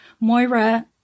Moira